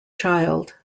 child